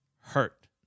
hurt